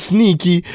Sneaky